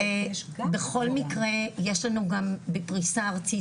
בכל מקרה יש לנו גם בפריסה ארצית